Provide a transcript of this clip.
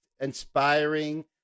inspiring